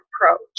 approach